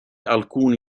alcuni